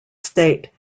state